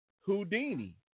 Houdini